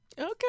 okay